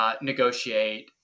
Negotiate